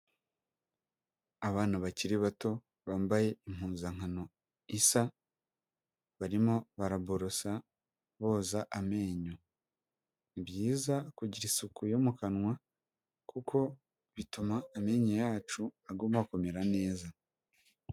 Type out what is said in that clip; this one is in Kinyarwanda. Abana bakiri bato bambaye impuzankano isa barimo baraborosa boza amenyo ,ni byiza kugira isuku yo mu kanwa kuko bituma amenyo yacu aguma kumera neza.